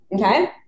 okay